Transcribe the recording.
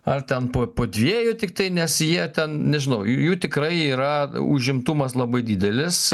ar ten po po dviejų tiktai nes jie ten nežinau j jų tikrai yra užimtumas labai didelis